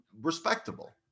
respectable